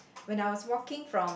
when I was walking from